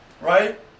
right